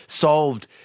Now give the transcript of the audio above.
solved